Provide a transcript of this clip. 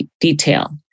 detail